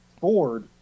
Ford